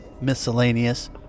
miscellaneous